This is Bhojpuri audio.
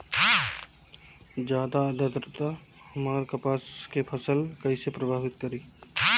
ज्यादा आद्रता हमार कपास के फसल कि कइसे प्रभावित करी?